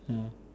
mm